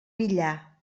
villar